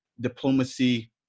diplomacy